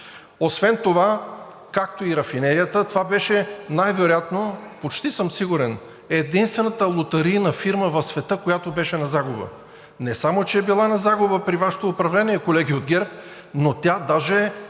Освен това, както и рафинерията, това беше най-вероятно, почти съм сигурен, единствената лотарийна фирма в света, която беше на загуба. Не само че е била на загуба при Вашето управление, колеги от ГЕРБ, но тя даже е